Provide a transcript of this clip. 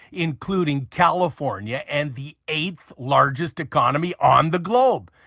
including california and the eighth largest economy on the globe.